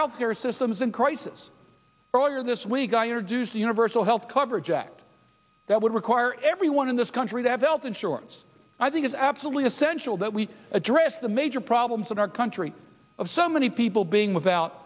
care system is in crisis earlier this week i introduced a universal health coverage act that would require everyone in this country to have health insurance i think is absolutely essential that we address the major problems in our country of so many people being without